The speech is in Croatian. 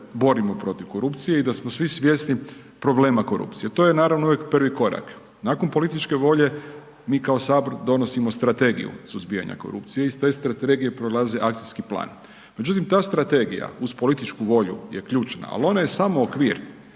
se borimo protiv korupcije i da smo svi svjesni problema korupcije. To je naravno uvijek prvi korak. Nakon političke volje, mi kao Sabor donosimo Strategiju suzbijanja korupcije, iz te Strategije akcijski plan. međutim ta strategija uz političku volju je ključna ali ona je samo okvir,